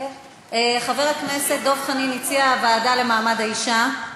חבר הכנסת דב חנין הציע לוועדה למעמד האישה.